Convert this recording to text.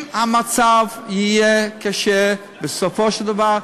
אם המצב יהיה קשה, בסופו של דבר,